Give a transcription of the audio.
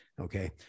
okay